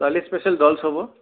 ছোৱালী special dolls হ'ব